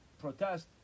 protest